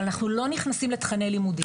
אבל אנחנו לא נכנסים לתכני לימודים.